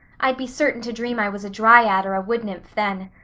i'd be certain to dream i was a dryad or a woodnymph then.